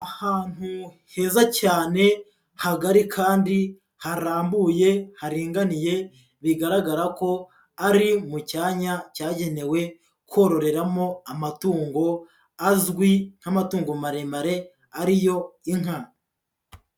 Ahantu heza cyane hagari kandi harambuye, haringaniye bigaragara ko ari mu cyanya cyagenewe kororeramo amatungo azwi nk'amatungo maremare ariyo inka.